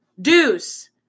Deuce